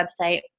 website